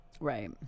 right